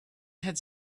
had